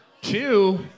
Two